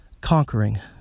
conquering